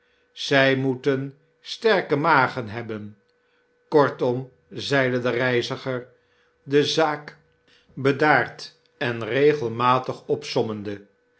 zy moeten sterke magen hebben kortom zeide de reiziger de zaak bedaard en regelmatig opsommende